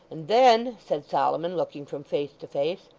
and then said solomon, looking from face to face,